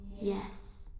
Yes